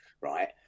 right